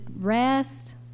rest